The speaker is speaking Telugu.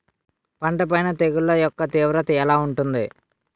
పంట పైన తెగుళ్లు యెక్క తీవ్రత ఎలా ఉంటుంది